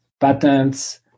patents